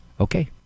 okay